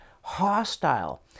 hostile